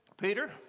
Peter